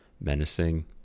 menacing